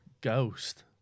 Ghost